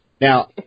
Now